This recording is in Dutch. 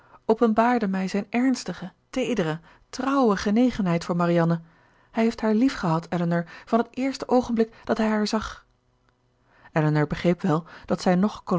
openbaarde mij zijne ernstige teedere trouwe genegenheid voor marianne hij heeft haar liefgehad elinor van het eerste oogenblik dat hij haar zag elinor begreep wel dat zij noch